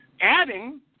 adding